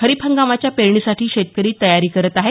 खरीप हंगामाच्या पेरणीसाठी शेतकरी तयारी करत आहेत